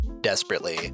desperately